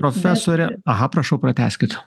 profesore aha prašau pratęskit